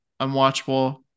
unwatchable